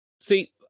see